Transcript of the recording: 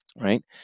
Right